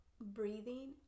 breathing